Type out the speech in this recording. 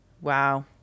Wow